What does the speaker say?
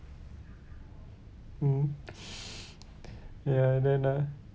mm ya and then uh